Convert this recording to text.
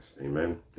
Amen